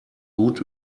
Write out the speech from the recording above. gut